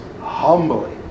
humbly